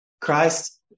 Christ